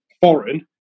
foreign